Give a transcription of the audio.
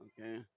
okay